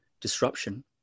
disruption